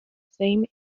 same